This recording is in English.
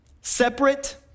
separate